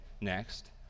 next